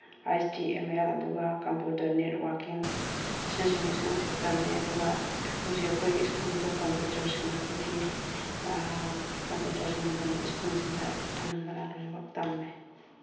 ꯍꯩꯁ T M L ꯑꯗꯨꯒ computer ꯅꯦꯠꯋꯥꯔꯛꯀꯤꯡ ꯑꯁꯤꯅꯆꯤꯡꯕꯁꯤꯡ ꯑꯁꯦ ꯇꯝꯃꯦ ꯑꯗꯨꯒ ꯍꯧꯖꯤꯛ ꯑꯩꯈꯣꯏ ꯁ꯭ꯀꯨꯜꯗ ꯀꯝꯄ꯭ꯌꯨꯇꯔꯁꯤꯡ ꯍꯥꯏꯕꯗꯤ ꯀꯝꯄ꯭ꯌꯨꯇꯔꯁꯤꯡꯒꯤ ꯃꯔꯝꯗ ꯁ꯭ꯀꯨꯜꯁꯤꯡꯗ ꯑꯅꯝꯕꯅ ꯂꯣꯏꯅꯃꯛ ꯇꯝꯃꯦ